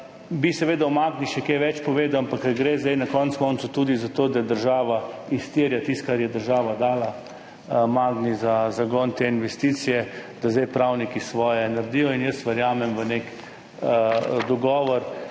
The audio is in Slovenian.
bi o Magni še kaj več povedal, ampak gre na koncu koncev tudi za to, da država izterja tisto, kar je država dala Magni za zagon te investicije, da zdaj pravniki naredijo svoje. Jaz verjamem v nek dogovor,